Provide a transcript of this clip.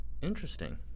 Interesting